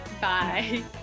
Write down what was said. Bye